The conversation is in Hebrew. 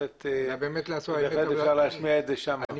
בהחלט אפשר להשמיע את זה שם.